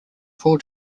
four